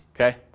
Okay